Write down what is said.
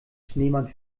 schneemann